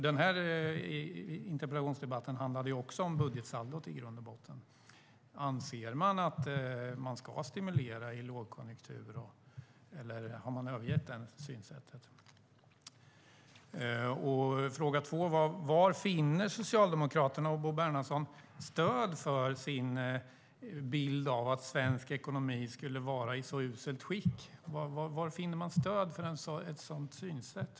Den här interpellationsdebatten handlar ju också i grund och botten om budgetsaldot. Anser man att man ska stimulera i lågkonjunktur, eller har man övergett det synsättet? Fråga två är: Var finner Socialdemokraterna och Bo Bernhardsson stöd för sin bild att svensk ekonomi skulle vara i ett uselt skick? Var finner man stöd för ett sådant synsätt?